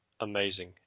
amazing